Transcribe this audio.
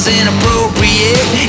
inappropriate